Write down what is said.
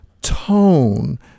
tone